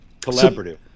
Collaborative